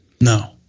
No